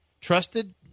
Trusted